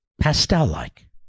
Pastel-like